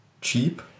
cheap